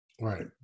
Right